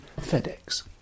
FedEx